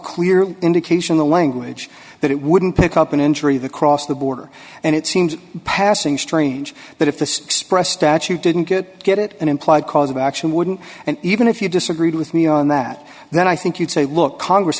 clear indication the language that it wouldn't pick up an injury the cross the border and it seems passing strange that if the express statute didn't get get it an implied cause of action wouldn't and even if you disagreed with me on that then i think you'd say look congress